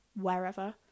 wherever